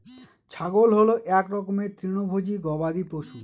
ছাগল হল এক রকমের তৃণভোজী গবাদি পশু